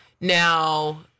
Now